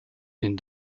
den